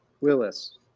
Willis